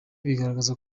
bigaragaza